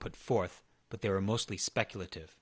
put forth but they were mostly speculative